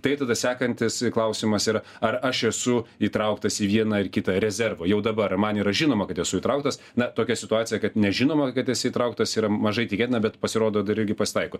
tai tada sekantis klausimas yra ar aš esu įtrauktas į vieną ar kitą rezervą jau dabar man yra žinoma kad esu įtrauktas na tokia situacija kad nežinoma kad esi įtrauktas yra mažai tikėtina bet pasirodo dar irgi pasitaiko